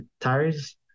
tires